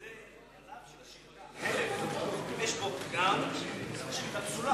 גם בשחיטה, אם יש בו פגם השחיטה פסולה.